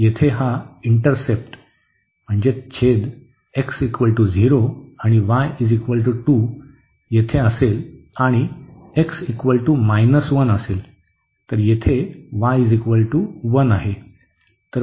येथे हा intercept x0 आणि y2 ला असेल आणि x 1 असेल तर येथे y 1 आहे